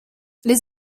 les